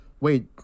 wait